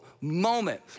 moment